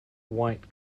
white